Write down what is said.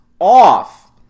off